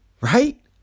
right